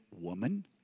woman